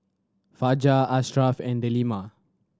Fajar Ashraff and Delima